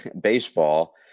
baseball